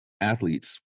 Athletes